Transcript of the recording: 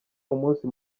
umunsi